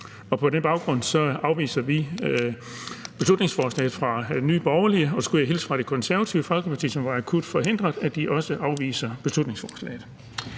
på den baggrund afviser vi beslutningsforslaget fra Nye Borgerlige, og jeg skulle hilse fra Det Konservative Folkeparti, som var akut forhindret, og sige, at de også afviser beslutningsforslaget.